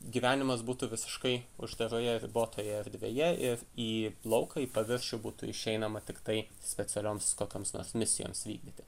gyvenimas būtų visiškai uždaroje ir ribotoje erdvėje ir į lauką į paviršių būtų išeinama tiktai specialioms kokioms nors misijoms vykdyti